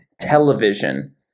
television